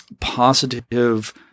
positive